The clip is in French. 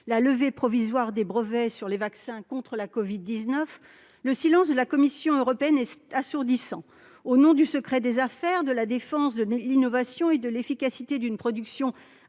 la levée provisoire des brevets sur les vaccins contre la covid-19, le silence de la Commission européenne est assourdissant. Au nom du secret des affaires, de la défense de l'innovation et de l'efficacité d'une production